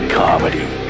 comedy